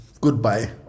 Goodbye